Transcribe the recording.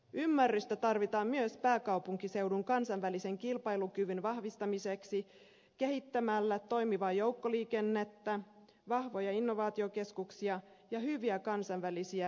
ymmärrystä tarvitaan myös pääkaupunkiseudun kansainvälisen kilpailukyvyn vahvistamiseksi kehittämällä toimivaa joukkoliikennettä vahvoja innovaatiokeskuksia ja hyviä kansainvälisiä liikenneväyliä